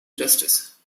justice